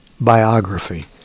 biography